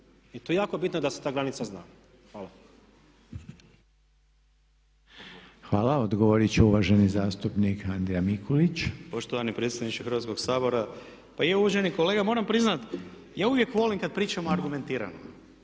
I to je jako bitno da se ta granica zna. Hvala.